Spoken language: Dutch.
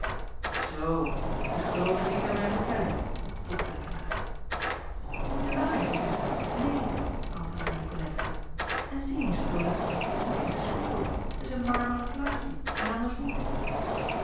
oo dus geloofje niet aan mijn vertelling vroeg renkelaer m u de waarheid te zeggen neen antwoordde icolette en zie eens reule t is niet eens een spiegel t is een marmeren plaatje en anders niet